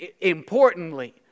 importantly